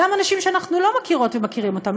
גם אנשים שאנחנו לא מכירות ומכירים אותם,